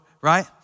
right